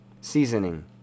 Seasoning